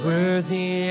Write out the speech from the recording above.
worthy